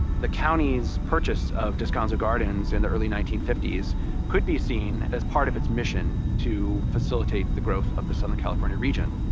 the county's purchase of descanso gardens in the early nineteen fifty s could be seen as part of its mission to facilitate the growth of the southern california region.